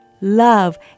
love